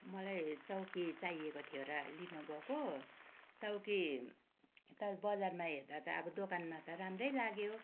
मलाई चौकी चाहिएको थियो र लिनु गएको चौकी यता बजारमा हेर्दा त अब दोकानमा त राम्रै लाग्यो